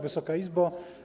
Wysoka Izbo!